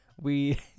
we-